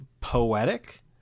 poetic